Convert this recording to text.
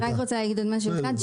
רק רוצה להגיד עוד משהו אחד,